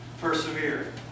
persevere